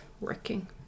working